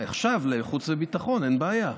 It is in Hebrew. עכשיו, לחוץ וביטחון, אין בעיה.